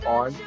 on